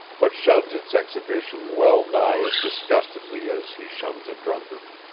but shuns its exhibition well-nigh as disgustedly as he shuns a drunkard.